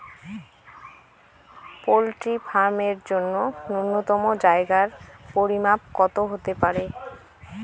Poultry farm এর জন্য নূন্যতম জায়গার পরিমাপ কত হতে পারে?